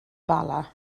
bala